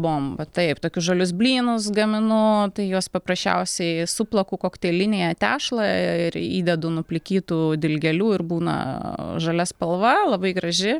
bomba taip tokius žalius blynus gaminu tai juos paprasčiausiai suplaku kokteilinėje tešlą ir įdedu nuplikytų dilgėlių ir būna žalia spalva labai graži